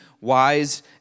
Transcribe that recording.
wise